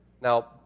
now